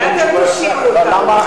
אולי אתה תושיע אותנו.